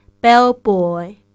bellboy